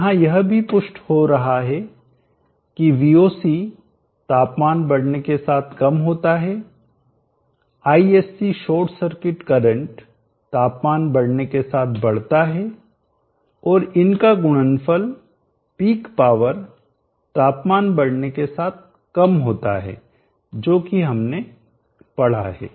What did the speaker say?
यहां यह भी पुष्ट हो रहा है की Voc तापमान बढ़ने के साथ कम होता है Isc शॉर्ट सर्किट करंट तापमान बढ़ने के साथ बढ़ता है और इनका गुणनफल पीक पावर तापमान बढ़ने के साथ कम होता है जो कि हमने पढ़ा है